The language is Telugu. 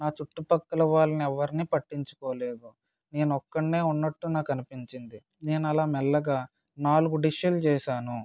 నా చుట్టుపక్కల వాళ్ళని ఎవరిని పట్టించుకోలేదు నేను ఒక్కడినే ఉన్నట్టు నాకు అనిపించింది నేను అలా మెల్లగా నాలుగు డిష్షులు చేశాను